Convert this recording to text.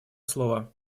слово